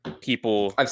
People